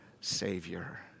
Savior